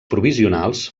provisionals